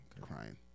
Crying